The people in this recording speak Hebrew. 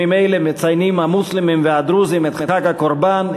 בימים אלה מציינים המוסלמים והדרוזים את חג הקורבן,